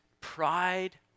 pride